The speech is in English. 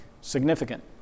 significant